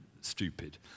stupid